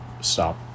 stop